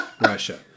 Russia